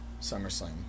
SummerSlam